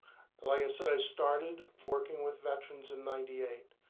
like i said, i started working with veterans in ninety eight.